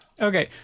Okay